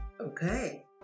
okay